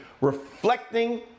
reflecting